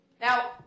Now